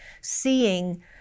seeing